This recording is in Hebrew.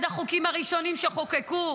אחד החוקים הראשונים שחוקקו